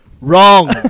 Wrong